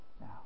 now